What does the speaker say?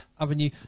avenue